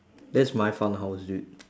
that's my fun house dude